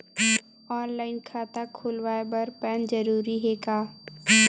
Online खाता खुलवाय बर पैन जरूरी हे का?